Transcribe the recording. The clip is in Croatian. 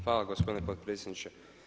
Hvala gospodine potpredsjedniče.